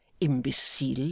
imbecile